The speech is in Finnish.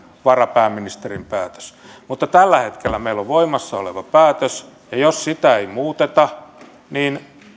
varapääministerin päätös mutta tällä hetkellä meillä on voimassa oleva päätös ja jos sitä ei muuteta niin